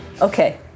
Okay